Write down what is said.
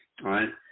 right